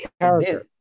character